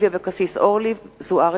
אורלי לוי אבקסיס ואורית זוארץ,